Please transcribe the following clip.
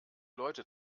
leute